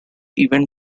events